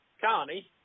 Carney